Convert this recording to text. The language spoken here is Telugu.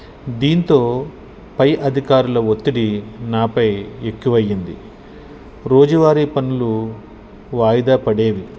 దీంతో పై అధికారుల ఒత్తిడి నాపై ఎక్కువయ్యింది రోజువారి పనులు వాయిదా పడేవి